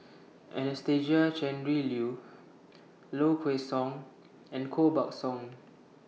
Anastasia Tjendri Liew Low Kway Song and Koh Buck Song